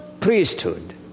priesthood